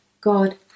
God